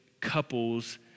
couples